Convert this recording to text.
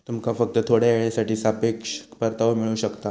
तुमका फक्त थोड्या येळेसाठी सापेक्ष परतावो मिळू शकता